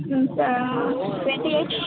twenty eight